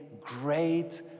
great